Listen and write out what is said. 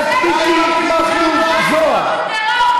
פנינה תמנו-שטה.